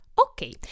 Okay